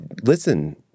listen